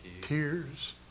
tears